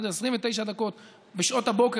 29 דקות בשעות הבוקר,